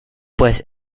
pues